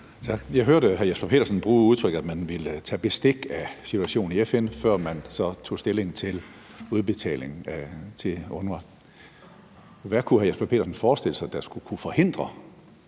Jeg hørte hr. Jesper Petersen bruge udtrykket, at man ville tage bestik af situationen i FN, før man tog stilling til udbetaling til UNRWA. Hvad kunne hr. Jesper Petersen forestille sig at der fremover skulle kunne forhindre,